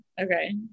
Okay